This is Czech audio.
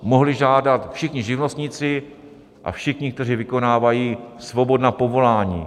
Mohli žádat všichni živnostníci a všichni, kteří vykonávají svobodná povolání.